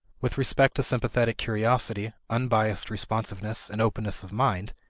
with respect to sympathetic curiosity, unbiased responsiveness, and openness of mind,